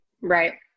Right